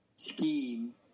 Scheme